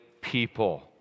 people